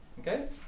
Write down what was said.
Okay